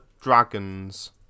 Dragons